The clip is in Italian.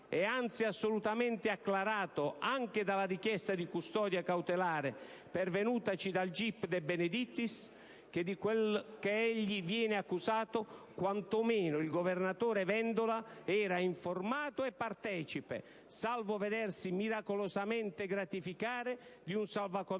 È anzi assolutamente acclarato, anche dalla richiesta di custodia cautelare pervenutaci dal GIP De Benedictis, che di ciò di cui egli viene accusato quantomeno il governatore Vendola era informato e partecipe, salvo vedersi miracolosamente gratificare di un salvacondotto